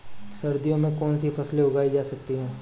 सर्दियों में कौनसी फसलें उगाई जा सकती हैं?